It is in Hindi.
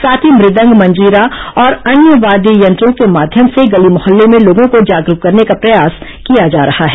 साथ ही मृदंग मंजीरा और अन्य वाद्य यंत्रों के माध्यम से गली मोहल्लों में लोगों को जागरूक करने का प्रयास किया जा रहा है